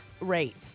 rate